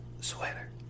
sweater